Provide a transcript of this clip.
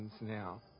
now